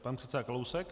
Pan předseda Kalousek.